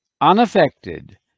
unaffected